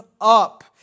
up